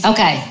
Okay